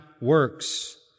works